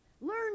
Learn